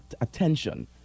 attention